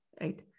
right